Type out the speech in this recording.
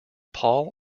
paul